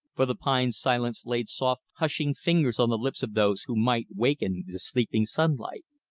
for the pine silence laid soft, hushing fingers on the lips of those who might waken the sleeping sunlight.